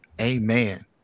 Amen